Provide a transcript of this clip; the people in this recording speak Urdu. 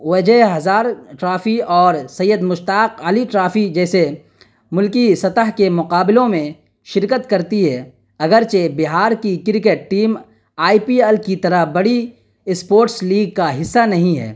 وجے ہزار ٹرافی اور سید مشتاق عالی ٹرافی جیسے ملکی سطح کے مقابلوں میں شرکت کرتی ہے اگرچہ بہار کی cricket team I P L کی طرح بڑی اسپورٹس لیگ کا حصہ نہیں ہے